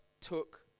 took